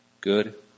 good